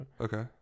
Okay